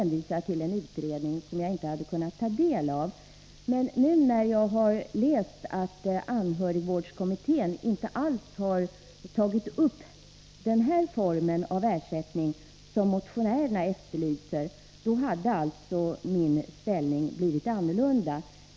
Nu när jag läst att anhörigvårdskommittén inte alls tagit upp den form av ersättning som motionärerna efterlyser blir mitt ställningstagande annorlunda.